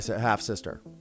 half-sister